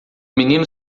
menino